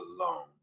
alone